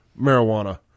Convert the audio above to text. marijuana